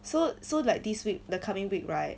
so so like this week the coming week right